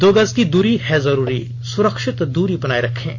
दो गज की दूरी है जरूरी सुरक्षित दूरी बनाए रखें